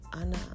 Anna